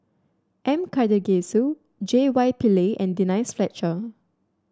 M Karthigesu J Y Pillay and Denise Fletcher